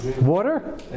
Water